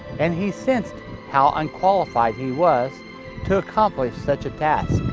and he sensed how unqualified he was to accomplish such a task.